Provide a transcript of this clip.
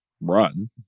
run